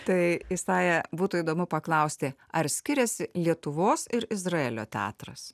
tai isaja būtų įdomu paklausti ar skiriasi lietuvos ir izraelio teatras